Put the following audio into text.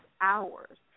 hours